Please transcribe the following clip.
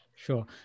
Sure